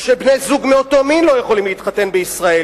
כשבני-זוג מאותו מין לא יכולים להתחתן בישראל,